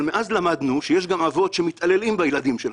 אבל, מאז למדנו שיש גם אבות שמתעללים בילדים שלהם,